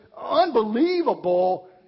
unbelievable